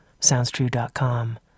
SoundsTrue.com